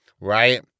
Right